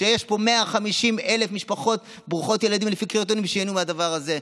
כשיש פה 150,000 משפחות ברוכות ילדים שלפי קריטריונים ייהנו מהדבר הזה.